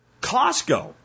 Costco